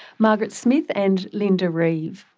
margaret smith and linda rive,